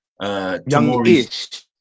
Young-ish